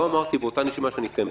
לא אמרתי באותה נשימה שאני טמבל.